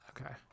Okay